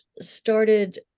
started